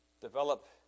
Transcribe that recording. develop